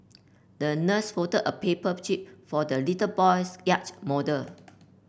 the nurse folded a paper jib for the little boy's yacht model